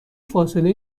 فاصله